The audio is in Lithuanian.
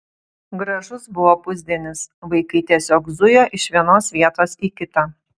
gražus buvo pusdienis vaikai tiesiog zujo iš vienos vietos į kitą